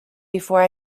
before